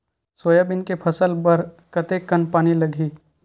Soybean के फसल बर कतेक कन पानी लगही?